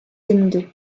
dénudés